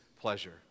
pleasure